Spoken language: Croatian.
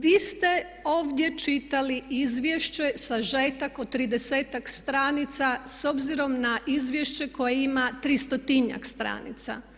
Di ste ovdje čitali izvješće, sažetak od 30-tak stranica s obzirom izvješće koje ima 300-injak stranica.